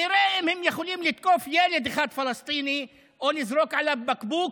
נראה אם הם יכולים לתקוף ילד אחד פלסטיני או לזרוק עליו בקבוק,